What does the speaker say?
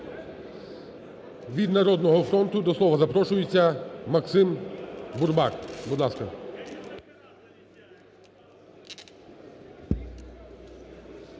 Від "Народного фронту" до слова запрошується Максим Бурбак. Будь ласка.